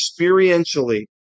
experientially